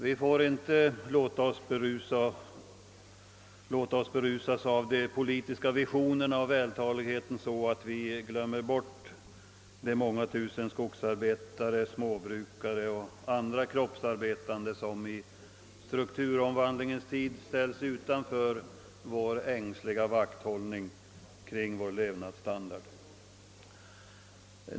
Vi får inte låta oss berusas av de politiska visionerna och = vältaligheten, så att vi glömmer bort de många tusen skogsarbetare, småbrukare och andra kroppsarbetande som i strukturomvandlingens tid ställs utanför vår ängsliga vakthållning kring levnadsstandarden.